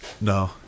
No